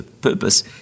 purpose